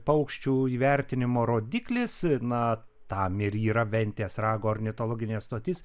paukščių įvertinimo rodiklis na tam ir yra ventės rago ornitologinė stotis